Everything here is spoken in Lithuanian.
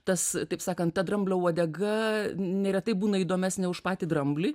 tas taip sakant ta dramblio uodega neretai būna įdomesnė už patį dramblį